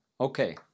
Okay